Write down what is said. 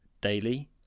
daily